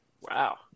wow